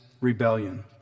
rebellion